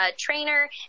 trainer